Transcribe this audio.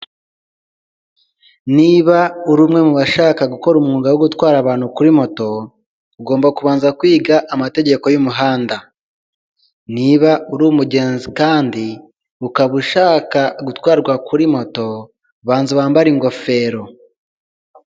Niba uri umwe mu bashaka gukora umwuga wo gutwara abantu kuri moto, ugomba kubanza kwiga amategeko y'umuhanda, niba uri umugenzi kandi ukaba ushaka gutwarwa kuri moto banza wambare ingofero.